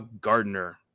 Gardner